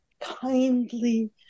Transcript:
kindly